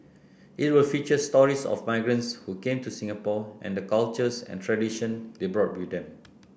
it will feature stories of migrants who came to Singapore and the cultures and tradition they brought with them